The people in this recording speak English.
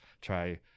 try